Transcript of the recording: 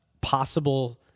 possible